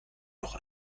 noch